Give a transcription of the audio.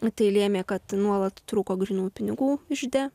tai lėmė kad nuolat trūko grynųjų pinigų ižde